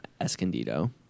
Escondido